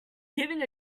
giving